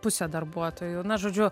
pusę darbuotojų na žodžiu